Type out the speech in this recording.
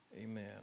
Amen